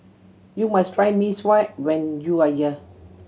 you must try Mee Sua when you are here